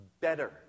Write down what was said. better